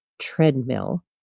treadmill